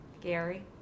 Gary